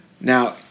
Now